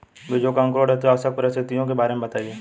बीजों के अंकुरण हेतु आवश्यक परिस्थितियों के बारे में बताइए